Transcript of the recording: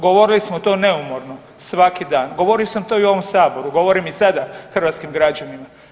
Govorili smo to neumorno svaki dan, govorio sam to i ovom Saboru, govorim i sada hrvatskim građanima.